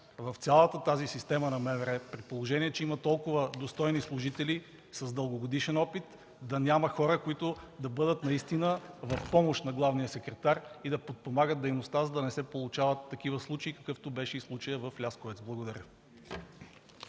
в цялата система на МВР, при положение че има толкова достойни служители с дългогодишен опит, не вярвам да няма хора, които да бъдат в помощ на главния секретар и да подпомагат дейността, за да не се получават такива случаи, какъвто беше и случаят в Лясковец. Благодаря.